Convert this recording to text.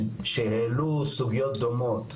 שהעלו סוגיות דומות,